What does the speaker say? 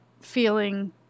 feeling